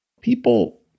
People